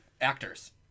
actors